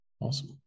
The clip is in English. Awesome